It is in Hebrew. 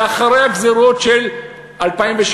זה אחרי הגזירות של 2003,